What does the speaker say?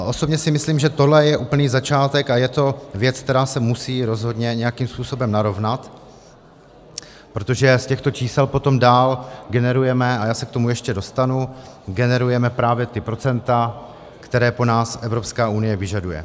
Osobně si myslím, že tohle je úplný začátek a je to věc, která se musí rozhodně nějakým způsobem narovnat, protože z těchto čísel potom dál generujeme, a já se k tomu ještě dostanu, generujeme právě ta procenta, která po nás Evropská unie vyžaduje.